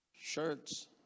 shirts